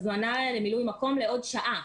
הזמנה למילוי מקום לעוד שעה